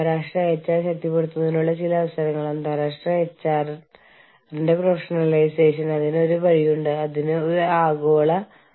പ്രധാന തീരുമാനങ്ങൾ എടുക്കുന്നതിനുള്ള ചില സംവിധാനങ്ങളിൽ ഒന്ന് ഇരട്ട സംവിധാനമാണ് അവിടെ സൂപ്പർവൈസറി ബോർഡിൽ മൂന്നിലൊന്ന് ജീവനക്കാരുണ്ടാകും അവർ ഡയറക്ടർ ബോർഡിന്റെ മേൽനോട്ടം വഹിക്കുന്നു